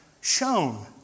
shown